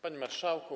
Panie Marszałku!